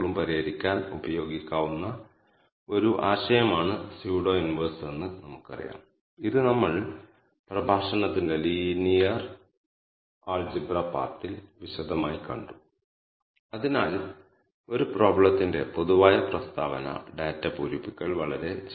അതിനാൽ നിങ്ങൾ മുഴുവൻ ഡാറ്റയും 3 ക്ലസ്റ്ററുകളായി വിഭജിക്കാൻ ആഗ്രഹിച്ചതിനാൽ ആദ്യ വരി ക്ലസ്റ്റർ വൺ വിവരമാണ് അവിടെ ട്രിപ്പിന്റെ ദൈർഘ്യത്തിന്റെ ശരാശരി 19